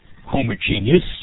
homogeneous